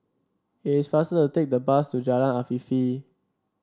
it is faster to take the bus to Jalan Afifi